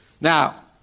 now